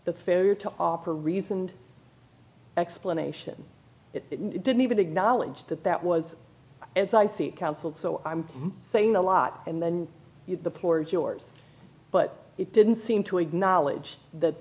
the failure to offer reasoned explanation it didn't even acknowledge that that was as i see counsel so i'm saying a lot and then the poor as yours but it didn't seem to acknowledge that